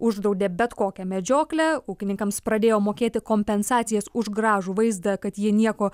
uždraudė bet kokią medžioklę ūkininkams pradėjo mokėti kompensacijas už gražų vaizdą kad jie nieko